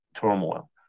turmoil